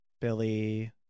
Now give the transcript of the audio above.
Billy